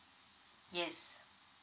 yes